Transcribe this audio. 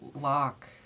lock